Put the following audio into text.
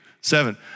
Seven